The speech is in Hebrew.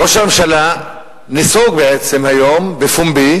ראש הממשלה בעצם נסוג היום בפומבי